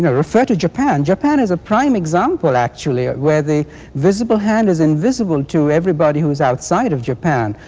and refer to japan. japan is a prime example, actually, of where the visible hand is invisible to everybody who is outside of japan.